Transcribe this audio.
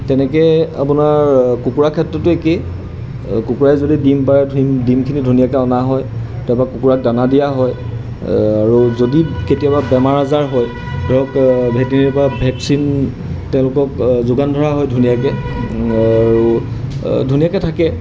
তেনেকৈ আপোনাৰ কুকুৰা ক্ষেত্ৰতো একেই কুকুৰাই যদি ডিম পাৰে ডিমখিনি ধুনীয়াকৈ অনা হয় তাৰপৰা কুকুৰাক দানা দিয়া হয় আৰু যদি কেতিয়াবা বেমাৰ আজাৰ হয় ধৰক ভেটেনীৰপৰা ভেকচিন তেওঁলোকক যোগান ধৰা হয় ধুনীয়াকৈ আৰু ধুনীয়াকৈ থাকে